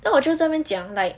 then 我就在那边讲 like